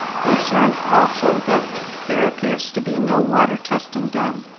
concern also that there appears to be no water testing done.